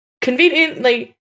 Conveniently